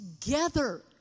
together